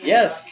Yes